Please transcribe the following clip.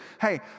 hey